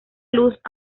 luz